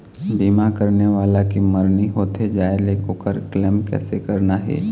बीमा करने वाला के मरनी होथे जाय ले, ओकर क्लेम कैसे करना हे?